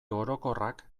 orokorrak